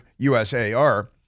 USAR